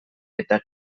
eta